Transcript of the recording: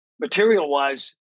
material-wise